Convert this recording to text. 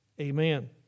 amen